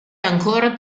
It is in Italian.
ancora